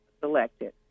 selected